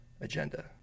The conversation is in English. agenda